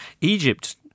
Egypt